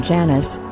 Janice